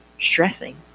Stressing